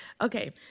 Okay